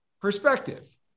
perspective